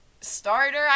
starter